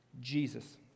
Jesus